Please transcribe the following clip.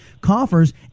coffers